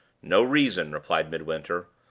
no reason, replied midwinter,